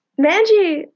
Manji